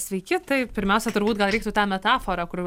sveiki taip pirmiausia turbūt gal reiktų tą metaforą kur